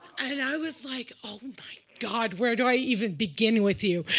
and i was like, oh my god, where do i even begin with you?